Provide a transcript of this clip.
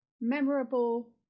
memorable